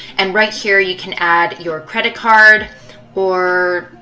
and right here, you can add your credit card or